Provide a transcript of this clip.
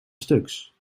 stuks